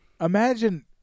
imagine